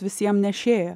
visiem nešėja